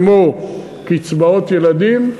כמו קצבאות ילדים,